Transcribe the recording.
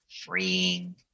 freeing